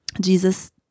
Jesus